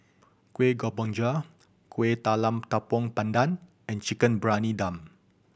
Kueh Kemboja Kueh Talam Tepong Pandan and Chicken Briyani Dum